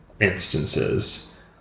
instances